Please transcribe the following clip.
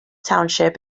township